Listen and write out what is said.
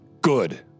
Good